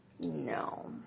No